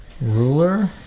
Ruler